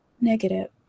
negative